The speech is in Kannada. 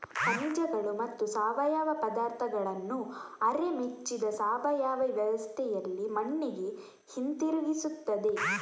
ಖನಿಜಗಳು ಮತ್ತು ಸಾವಯವ ಪದಾರ್ಥಗಳನ್ನು ಅರೆ ಮುಚ್ಚಿದ ಸಾವಯವ ವ್ಯವಸ್ಥೆಯಲ್ಲಿ ಮಣ್ಣಿಗೆ ಹಿಂತಿರುಗಿಸುತ್ತದೆ